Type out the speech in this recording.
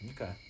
Okay